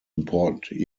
important